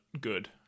good